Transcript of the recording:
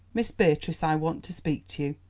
miss beatrice, i want to speak to you.